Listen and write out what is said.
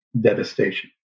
devastation